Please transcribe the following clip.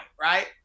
right